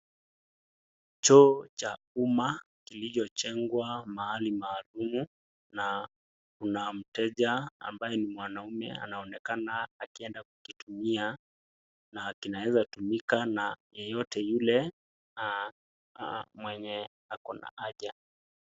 Choo cha umma kilichojengwa mahali maalum na kuna mteja ambaye ni mwanaume anaonekana akieda kukitumia na kinaeza tumika na yeyote yule na mwenye akona haja.